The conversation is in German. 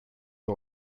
wir